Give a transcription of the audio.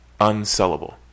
unsellable